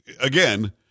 again